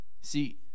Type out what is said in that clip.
See